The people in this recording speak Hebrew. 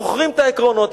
מוכרים את העקרונות,